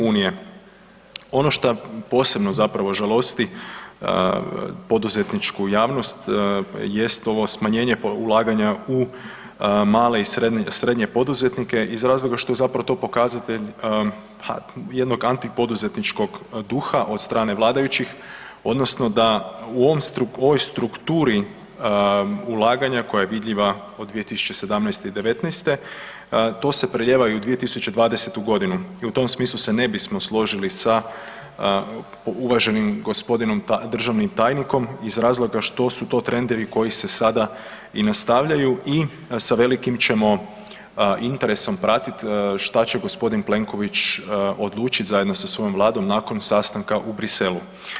Ono šta posebno zapravo žalosti poduzetničku javnost jest ovo smanjenje ulaganja u male i srednje poduzetnike iz razloga što je to zapravo pokazatelj ha jednog antipoduzetničkog duha od strane vladajućih odnosno da u ovoj strukturi ulaganja koja je vidljiva od 2017. i '19. to se prelijeva i u 2020.g. i u tom smislu se ne bismo složili sa uvaženim g. državnim tajnikom iz razloga što su trendovi koji se sada i nastavljaju i sa velikim ćemo interesom pratit šta će g. Plenković odlučit zajedno sa svojom Vladom nakon sastanka u Bruxellesu.